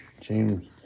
James